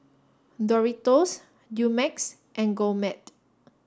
Doritos Dumex and Gourmet